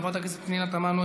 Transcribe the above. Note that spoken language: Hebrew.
חברת הכנסת פנינה תמנו,